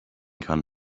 kann